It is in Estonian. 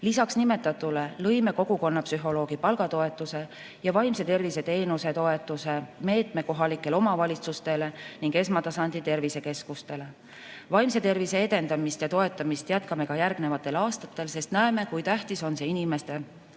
Lisaks nimetatuile lõime kogukonna psühholoogi palgatoetuse ja vaimse tervise teenuse toetuse meetme kohalikele omavalitsustele ning esmatasandi tervisekeskustele. Vaimse tervise edendamist ja toetamist jätkame ka järgnevatel aastatel, sest näeme, kui tähtis on see inimeste